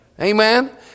Amen